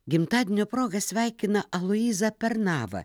gimtadienio proga sveikina aloyzą pernavą